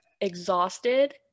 exhausted